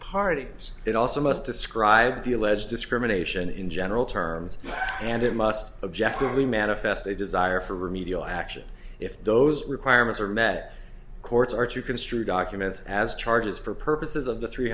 party as it also must describe the alleged discrimination in general terms and it must object of the manifest a desire for remedial action if those requirements are met courts are to construe documents as charges for purposes of the three